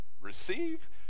receive